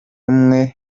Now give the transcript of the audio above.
umwe